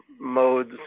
modes